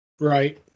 Right